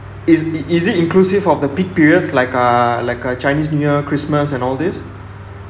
is it is it inclusive of the peak periods like uh like uh chinese new year christmas and all these